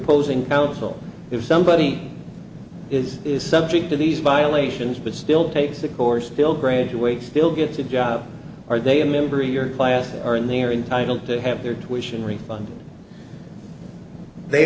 posing council if somebody is is subject to these violations but still takes the course bill graduates still gets a job are they a member of your class or are in the are entitled to have their tuition refund they